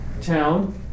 town